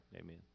Amen